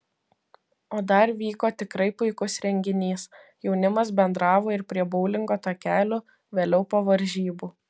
o dar vyko tikrai puikus renginys jaunimas bendravo ir prie boulingo takelių vėliau po varžybų